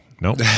Nope